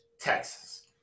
Texas